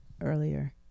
earlier